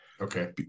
Okay